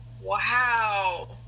Wow